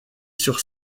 sur